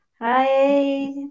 Hi